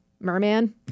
merman